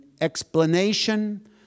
explanation